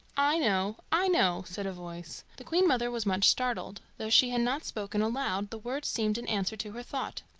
i know! i know! said a voice. the queen-mother was much startled though she had not spoken aloud, the words seemed an answer to her thought.